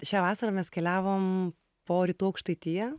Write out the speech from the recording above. šią vasarą mes keliavom po rytų aukštaitiją